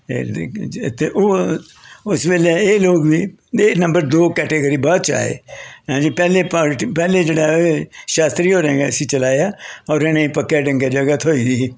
ते उस बेल्लै एह् लोग बी नंबर दो कैटेगरी बाद च आए ऐनी पैह्लें पैह्लें जेह्ड़ा ऐ शास्त्री होरैं गै इसी चलाया होर इ'नें गी पक्के डंग्गे जगह् थ्होई दी ही